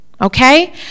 okay